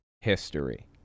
history